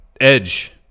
Edge